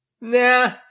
Nah